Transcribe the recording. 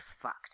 fucked